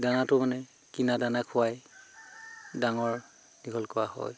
দানাটো মানে কিনা দানা খুৱাই ডাঙৰ দীঘল কৰা হয়